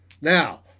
Now